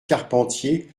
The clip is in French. carpentier